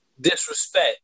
Disrespect